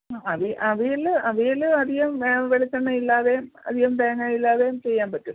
അവിയൽ അവിയൽ അധികം വെളിച്ചെണ്ണ ഇല്ലാതെയും അധികം തേങ്ങ ഇല്ലാതെയും ചെയ്യാൻ പറ്റും